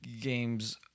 games